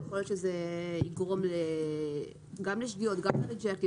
יכול להיות שזה יגרום גם לשגיאות וגם לריג'קטים.